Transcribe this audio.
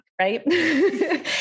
right